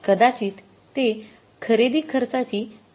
कदाचित ते खरेदी खर्चाची कमतरता असू शकते